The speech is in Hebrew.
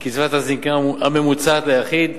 לקצבת הזיקנה הממוצעת ליחיד,